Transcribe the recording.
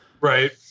Right